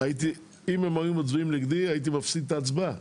שאם הם היו מצביעים נגדי הייתי מפסיד את ההצבעה,